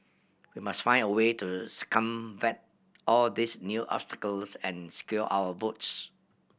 we must find a way to circumvent all these new obstacles and secure our votes